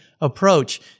approach